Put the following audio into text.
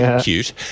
cute